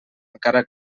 encara